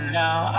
now